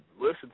listen